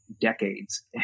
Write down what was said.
decades